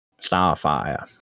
starfire